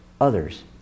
others